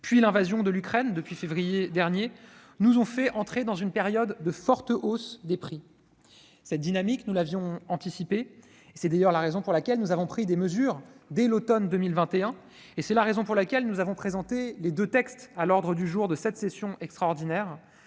et l'invasion de l'Ukraine depuis le mois de février dernier nous ont fait entrer dans une période de forte hausse des prix. Cette dynamique, nous l'avions anticipée, et c'est d'ailleurs la raison pour laquelle nous avons pris des mesures dès l'automne dernier et inscrit deux textes à l'ordre du jour de cette session extraordinaire,